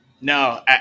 No